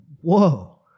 whoa